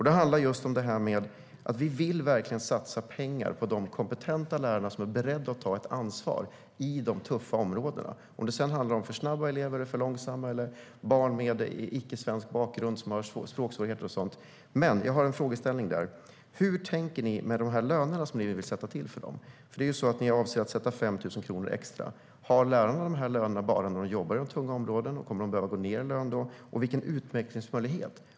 Det handlar om det här med att vi verkligen vill satsa pengar på de kompetenta lärare som är beredda att ta ett ansvar i de tuffa områdena. Det kan handla om för snabba eller för långsamma elever eller om barn med icke-svensk bakgrund som har språksvårigheter och sådant. Jag har några frågor där, och det gäller hur ni tänker om de löner ni vill sätta för de lärarna. Ni avser nämligen att sätta 5 000 kronor extra. Har lärarna de lönerna bara när de jobbar i de tunga områdena? Kommer de att behöva gå ned i lön efteråt? Vilken utvecklingsmöjlighet har de?